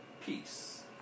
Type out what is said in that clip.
peace